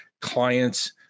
clients